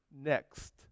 next